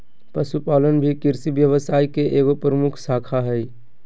पशुपालन भी कृषि व्यवसाय के एगो प्रमुख शाखा हइ